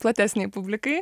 platesnei publikai